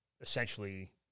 essentially